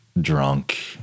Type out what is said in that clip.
drunk